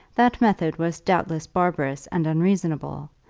that method was doubtless barbarous and unreasonable,